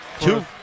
two